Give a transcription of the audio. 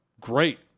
great